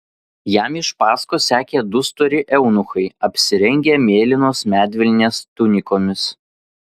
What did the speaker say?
jam iš paskos sekė du stori eunuchai apsirengę mėlynos medvilnės tunikomis